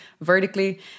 vertically